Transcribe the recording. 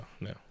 no